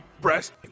breast